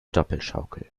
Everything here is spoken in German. doppelschaukel